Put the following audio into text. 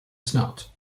snout